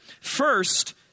First